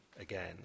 again